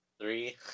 three